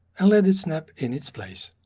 and let it snap in its place.